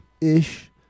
Ish